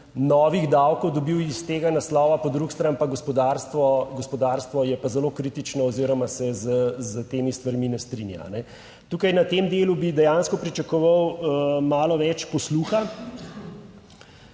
novih davkov dobil iz tega naslova, po drugi strani pa gospodarstvo, gospodarstvo je pa zelo kritično oziroma se s temi stvarmi ne strinja. Tukaj, na tem delu bi dejansko pričakoval malo več posluha